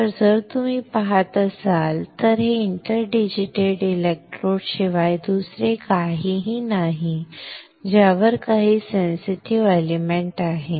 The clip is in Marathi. तर जर तुम्ही पाहत असाल तर हे आंतरडिजिटेटेड इलेक्ट्रोड्स शिवाय दुसरे काहीही नाही ज्यावर काही सेन्सिटिव्ह एलिमेंट आहेत